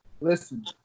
Listen